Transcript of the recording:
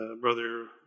Brother